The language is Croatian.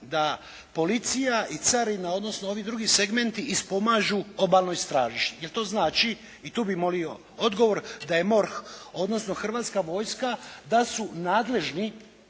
da policija i carina, odnosno ovi drugi segmenti ispomažu Obalnoj straži, jer to znači i tu bih molio odgovor da je MORH, odnosno Hrvatska vojska da su nadležni,